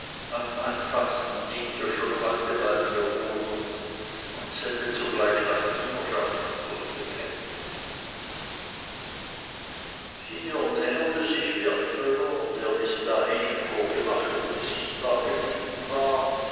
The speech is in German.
am einfachsten nehmt ihr schon heute bei mir wohnung und sendet sogleich nach dienerschaft und gepäck hier näherte sich wertmüller der bis dahin im vorgemache unsichtbar geblieben war